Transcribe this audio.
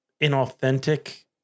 inauthentic